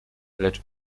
lecz